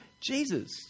Jesus